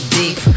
deep